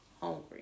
hungry